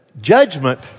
judgment